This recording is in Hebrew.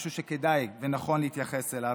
משהו שכדאי ונכון להתייחס אליו,